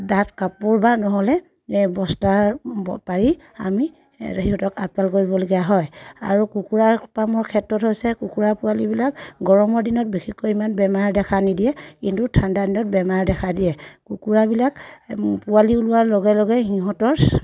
দাঠ কাপোৰ বা নহ'লে বস্তাৰ পাৰি আমি সিহঁতক আপদাল কৰিবলগীয়া হয় আৰু কুকুৰা পামৰ ক্ষেত্ৰত হৈছে কুকুৰা পোৱালিবিলাক গৰমৰ দিনত বিশেষকৈ ইমান বেমাৰ দেখা নিদিয়ে কিন্তু ঠাণ্ডা দিনত বেমাৰ দেখা দিয়ে কুকুৰাবিলাক পোৱালি ওলোৱাৰ লগে লগে সিহঁতৰ